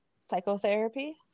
psychotherapy